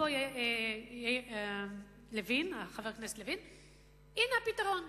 אפרופו חבר הכנסת לוין, הנה הפתרון,